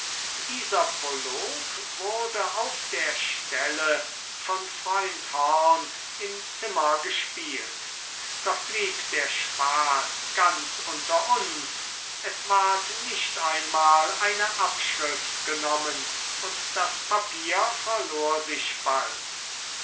dieser prolog wurde auf der stelle von freund horn im zimmer gespielt doch blieb der spaß ganz unter uns es ward nicht einmal eine abschrift genommen und das papier verlor sich bald